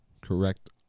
correct